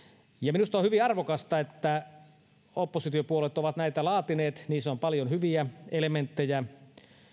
minusta on hyvin arvokasta että oppositiopuolueet ovat näitä laatineet niissä on paljon hyviä elementtejä